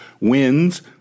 wins